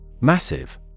Massive